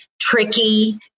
tricky